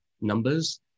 numbers